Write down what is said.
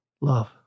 love